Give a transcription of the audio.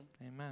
Amen